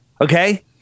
Okay